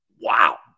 Wow